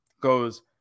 goes